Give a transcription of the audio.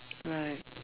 right